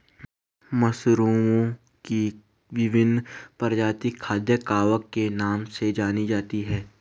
मशरूमओं की विभिन्न प्रजातियां खाद्य कवक के नाम से जानी जाती हैं